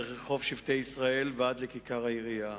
דרך רחוב שבטי-ישראל ועד לכיכר העירייה.